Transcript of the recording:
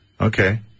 Okay